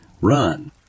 run